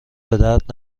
بدرد